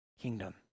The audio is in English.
kingdom